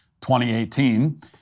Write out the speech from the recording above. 2018